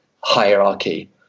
hierarchy